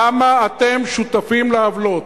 למה אתם שותפים לעוולות?